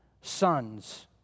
sons